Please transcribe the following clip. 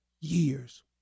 years